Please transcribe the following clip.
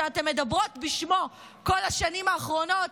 שאתן מדברות בשמו כל השנים האחרונות,